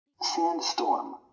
Sandstorm